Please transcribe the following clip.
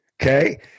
Okay